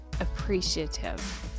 appreciative